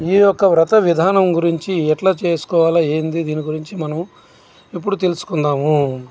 ఈ ఒక్క వ్రత విధానం గురించి ఎట్లా చేసుకోవాలి ఏందీ దీని గురించి మనం ఇప్పుడు తెలుసుకుందాము